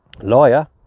lawyer